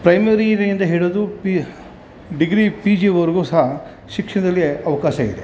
ಪ್ರೈಮರಿರಿಯಿಂದ ಹಿಡಿದು P U degree P ಜಿವರೆಗೂ ಸಹ ಶಿಕ್ಷಣದಲ್ಲಿ ಅವಕಾಶ ಇದೆ